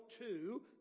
two